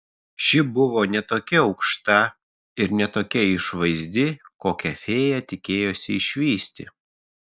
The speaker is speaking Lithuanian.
ši buvo ne tokia aukšta ir ne tokia išvaizdi kokią fėja tikėjosi išvysti